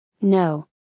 No